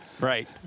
Right